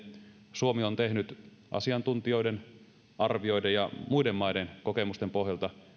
suomi on tehnyt asiantuntijoiden arvioiden ja muiden maiden kokemusten pohjalta